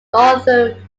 northern